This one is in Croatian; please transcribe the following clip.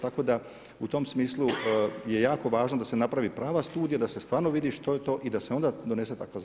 Tako da u tom smislu je jako važno da se napravi prava studija, da se stvarno vidi što je to i da se onda donese takav zakon.